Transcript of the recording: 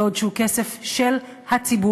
בעוד הוא כסף של הציבור,